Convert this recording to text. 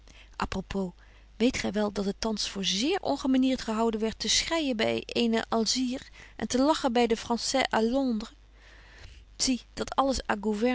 apropos weet gy wel dat het thans voor zeer ongemaniert gehouden werdt te schreijen by eene alsire en te lachen by den francais à londres zie dit alles